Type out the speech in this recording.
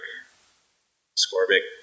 ascorbic